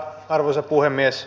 arvoisa puhemies